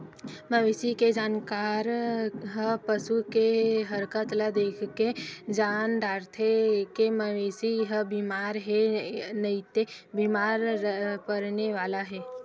मवेशी के जानकार ह पसू के हरकत ल देखके जान डारथे के मवेशी ह बेमार हे नइते बेमार परने वाला हे